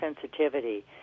sensitivity